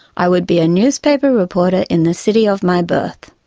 i would be a newspaper reporter in the city of my birth.